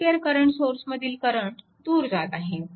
5A current सोर्समधील current दूर जात आहे